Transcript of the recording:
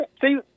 see